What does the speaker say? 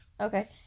Okay